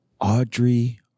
Audrey